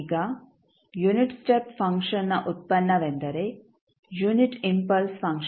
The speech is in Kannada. ಈಗ ಯುನಿಟ್ ಸ್ಟೆಪ್ ಫಂಕ್ಷನ್ನ ಉತ್ಪನ್ನವೆಂದರೆ ಯುನಿಟ್ ಇಂಪಲ್ಸ್ ಫಂಕ್ಷನ್